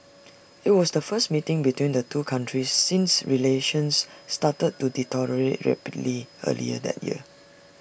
IT was the first meeting between the two countries since relations started to deteriorate rapidly earlier that year